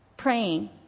praying